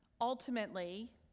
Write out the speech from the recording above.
Ultimately